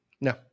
No